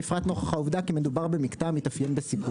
בפרט נוכח העובדה כי מדובר במקטע המתאפיין בסיכון",